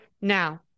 now